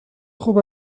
خوب